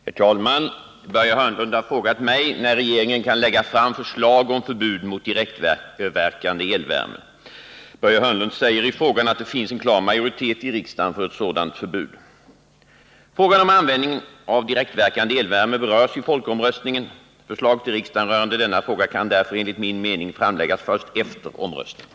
Herr talman! Börje Hörnlund har frågat mig när regeringen kan lägga fram förslag om förbud mot direktverkande elvärme. Börje Hörnlund säger i frågan att det finns en klar majoritet i riksdagen för ett sådant förbud. Frågan om användningen av direktverkande elvärme berörs i folkomröstningen. Förslag till riksdagen rörande denna fråga kan därför enligt min mening framläggas först efter omröstningen.